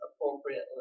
appropriately